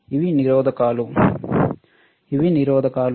ఇవి నిరోధకాలు ఇవి నిరోధకాలు